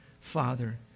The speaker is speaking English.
father